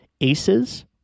Aces